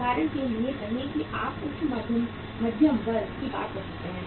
उदाहरण के लिए कहें कि आप उच्च मध्यम वर्ग की बात करते हैं